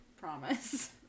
promise